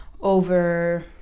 over